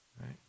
right